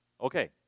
Okay